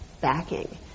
backing